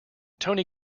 tony